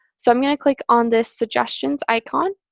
so i'm going to click on this suggestions icon.